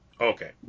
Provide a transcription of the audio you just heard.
okay